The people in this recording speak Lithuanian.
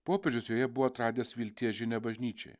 popiežius joje buvo atradęs vilties žinią bažnyčiai